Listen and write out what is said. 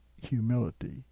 humility